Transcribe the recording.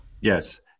Yes